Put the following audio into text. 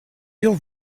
your